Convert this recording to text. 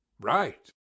Right